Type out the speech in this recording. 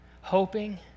hoping